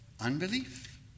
unbelief